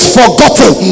forgotten